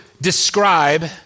describe